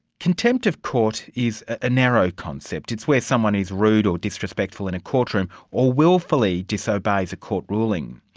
contempt of court is a narrow concept. it's where someone is rude or disrespectful in a courtroom or wilfully disobeys a court ruling.